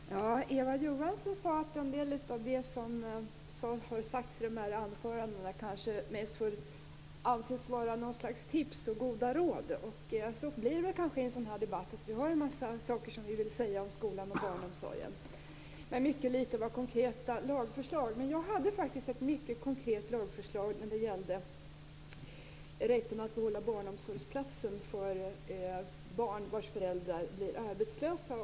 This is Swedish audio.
Herr talman! Eva Johansson sade att en del av det som har sagts i anförandena kanske mest får anses vara någon sorts tips och goda råd. Så blir det kanske i en sådan här debatt. Vi har saker som vi vill säga om skolan och barnomsorgen, men vi har mycket litet av konkreta lagförslag. Jag hade dock ett mycket konkret lagförslag när det gällde rätten att behålla barnomsorgsplatsen för barn vars föräldrar blir arbetslösa.